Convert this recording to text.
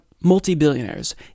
multi-billionaires